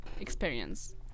experience